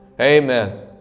Amen